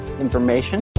information